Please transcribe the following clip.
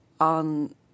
on